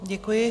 Děkuji.